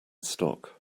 stock